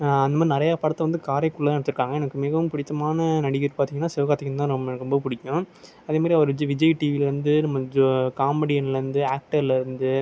அந்தமாதிரி நிறைய படத்தை வந்து காரைக்குடியில் தான் எடுத்துருக்காங்க எனக்கு மிகவும் பிடித்தமான நடிகர் பார்த்தீங்கன்னா சிவகார்த்திகேயன் தான் நம்மளுக்கு ரொம்ப பிடிக்கும் அதேமாதிரி அவர் விஜய் டிவியில் வந்து காமெடியன்லருந்து ஆக்டர்லேருவந்து